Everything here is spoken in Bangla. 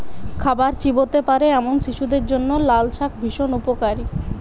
খাবার চিবোতে পারে এমন শিশুদের জন্য লালশাক ভীষণ উপকারী